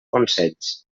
consells